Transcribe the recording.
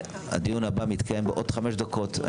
הישיבה ננעלה בשעה 11:30.